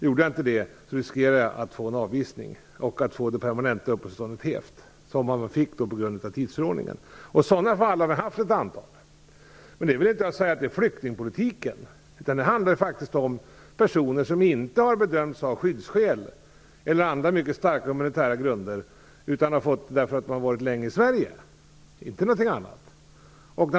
Gör man inte det, riskerar man att det permanenta uppehållstillstånd som man fått på grund av tidsförordningen hävs och att bli avvisad. Vi har haft ett antal sådana fall. Men det handlar då inte om flyktingpolitik utan om personer som inte blivit bedömda av skyddsskäl eller på andra mycket starka humanitära grunder utan som har fått stanna därför att de har varit länge i Sverige - inte av något annat skäl.